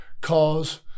cause